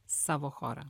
savo chorą